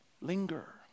Linger